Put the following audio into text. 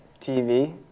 tv